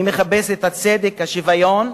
אני מחפש את הצדק, השוויון,